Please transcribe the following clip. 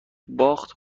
باخت